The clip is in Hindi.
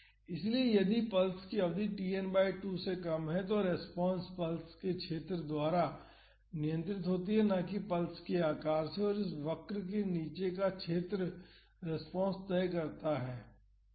इसलिए यदि पल्स की अवधि Tn बाई 2 से कम है तो रेस्पॉन्स पल्स के क्षेत्र द्वारा नियंत्रित होती है ना कि पल्स के आकार से इस वक्र के नीचे का क्षेत्र रेस्पॉन्स तय करता है